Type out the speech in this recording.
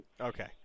Okay